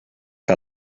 que